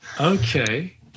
Okay